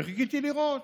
וחיכיתי לראות.